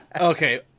Okay